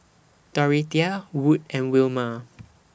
Dorothea Wood and Wilma